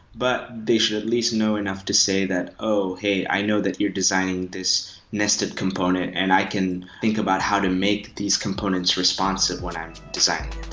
but they should at least know enough to say that, oh, hey. i know that you're designing this nested component and i can think about how to make these components responsive when i'm designing